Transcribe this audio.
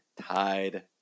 Tide